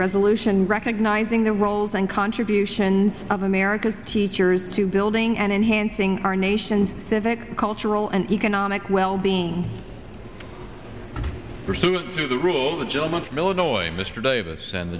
resolution recognizing the roles and contributions of america's teachers to building and enhancing our nation's civic cultural and economic wellbeing pursuant to the rule of the gentleman from illinois mr davis and